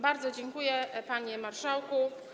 Bardzo dziękuję, panie marszałku.